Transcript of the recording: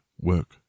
work